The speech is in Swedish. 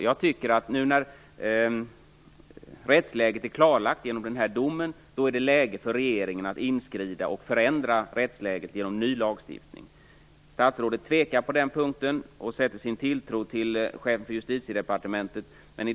Jag tycker att det nu när rättsläget är klarlagt genom den här domen är läge för regeringen att inskrida och förändra rättsläget genom ny lagstiftning. Statsrådet tvekar på den punkten och sätter sin tilltro till chefen för Justitiedepartementet.